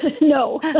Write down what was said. No